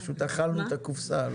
פשוט אכלו את הקופסה.